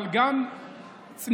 אבל גם צניעות,